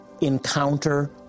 encounter